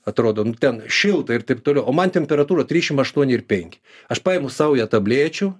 atrodo nu ten šilta ir taip toliau o man temperatūra trisdešimt aštuoni ir penki aš paimu saują tablečių